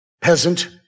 peasant